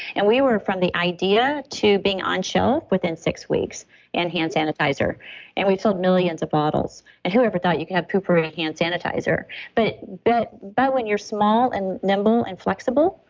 and we were from the idea to being on-shelf within six weeks and hand sanitizer and we've sold millions of bottles. and whoever thought you could have poo-pourri hand sanitizer but but but when you're small and nimble and flexible,